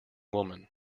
woman